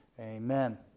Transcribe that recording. Amen